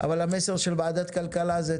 אבל המסר של ועדת הכלכלה הוא,